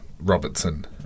Robertson